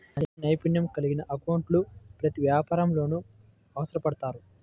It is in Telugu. మంచి నైపుణ్యం కలిగిన అకౌంటెంట్లు ప్రతి వ్యాపారంలోనూ అవసరపడతారు